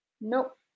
Nope